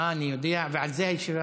אה, אני יודע, ועל זה הישיבה.